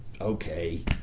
okay